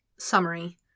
Summary